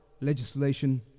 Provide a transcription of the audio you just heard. legislation